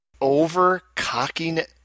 Over-cockiness